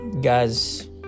Guys